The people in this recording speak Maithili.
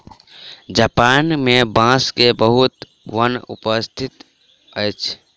जापान मे बांस के बहुत वन उपस्थित अछि